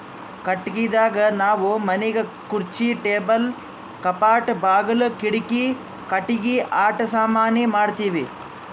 ಕಟ್ಟಿಗಿದಾಗ್ ನಾವ್ ಮನಿಗ್ ಖುರ್ಚಿ ಟೇಬಲ್ ಕಪಾಟ್ ಬಾಗುಲ್ ಕಿಡಿಕಿ ಕಟ್ಟಿಗಿ ಆಟ ಸಾಮಾನಿ ಮಾಡ್ತೀವಿ